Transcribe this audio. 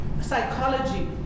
psychology